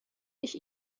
ich